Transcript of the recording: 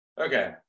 okay